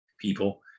people